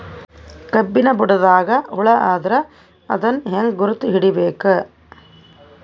ಕಬ್ಬಿನ್ ಬುಡದಾಗ ಹುಳ ಆದರ ಅದನ್ ಹೆಂಗ್ ಗುರುತ ಹಿಡಿಬೇಕ?